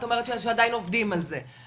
את אומרת שעדיין עובדים על זה.